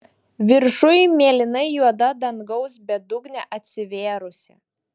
viršuj mėlynai juoda dangaus bedugnė atsivėrusi